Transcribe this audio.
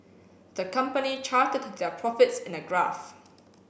the company charted their profits in a graph